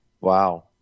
Wow